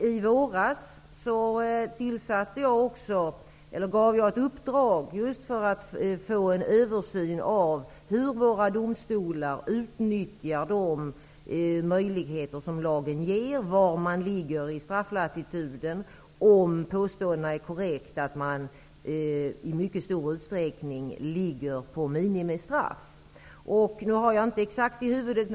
I våras gav jag ett uppdrag för att få en översyn av hur våra domstolar utnyttjar de möjligheter som lagen ger, var man ligger i strafflatituden och om påståendet att man i mycket stor utsträckning utdömer minimistraff är korrekt.